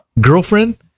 Girlfriend